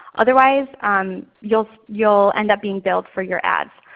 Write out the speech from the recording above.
otherwise you'll you'll end up being billed for your ads.